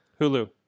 Hulu